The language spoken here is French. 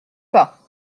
pas